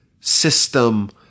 system